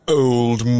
old